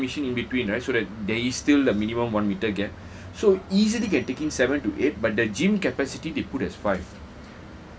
so because they block one machine in between right so that there is still the minimum one metre gap so easily can take in seven to eight but the gym capacity they put as five